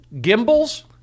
gimbals